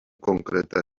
concretar